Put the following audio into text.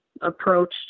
approached